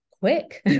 quick